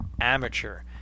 amateur